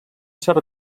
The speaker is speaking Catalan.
cert